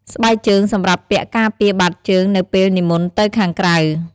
សម្រាប់ដូនជីដែលជាអ្នកបួសក្នុងព្រះពុទ្ធសាសនាតែមិនមែនជាភិក្ខុនីគ្រឿងស្លៀកដណ្ដប់របស់ពួកគាត់មានលក្ខណៈខុសពី ព្រះសង្ឃបន្តិចបន្តួច។